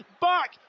back